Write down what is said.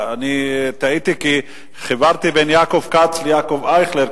אני טעיתי כי חיברתי בין יעקב כץ ליעקב אייכלר,